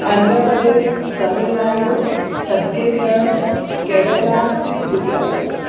Andhra Pradesh Tamil Nadu Chhattisgarh Kerala Gujarat